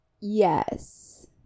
Yes